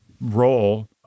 role